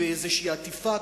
באיזו עטיפה,